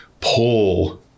pull